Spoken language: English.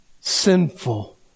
sinful